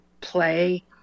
play